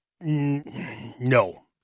No